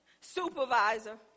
supervisor